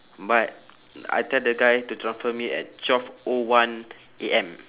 but I tell the guy to transfer me at twelve O one A_M